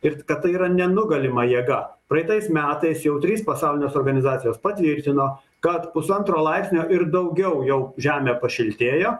ir kad tai yra nenugalima jėga praeitais metais jau trys pasaulinės organizacijos patvirtino kad pusantro laipsnio ir daugiau jau žemė pašiltėjo